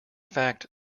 fact